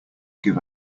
give